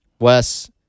Wes